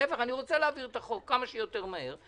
להפך, אני רוצה להעביר את החוק כמה שיותר מהר.